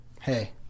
hey